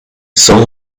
soul